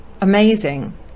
amazing